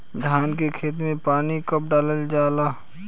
धान के खेत मे पानी कब डालल जा ला?